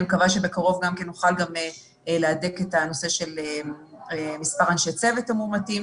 אני מקווה שבקרוב גם נוכל להדק את הנושא של מספר אנשי הצוות המאומתים,